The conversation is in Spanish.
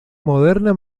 moderna